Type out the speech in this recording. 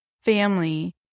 family